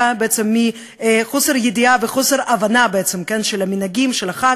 בעצם מחוסר ידיעה וחוסר הבנה של מנהגי החג.